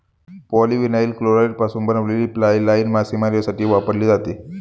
polyvinyl क्लोराईडपासून बनवलेली fly line मासेमारीसाठी वापरली जाते